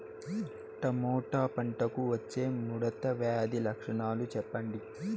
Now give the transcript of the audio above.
Tomato పంటకు వచ్చే ముడత వ్యాధి లక్షణాలు చెప్పండి?